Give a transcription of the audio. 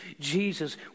Jesus